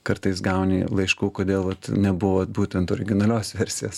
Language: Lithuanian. kartais gauni laiškų kodėl vat nebuvo vat būtent originalios versijos